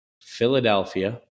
Philadelphia